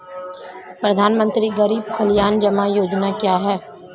प्रधानमंत्री गरीब कल्याण जमा योजना क्या है?